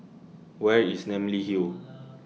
Where IS Namly Hill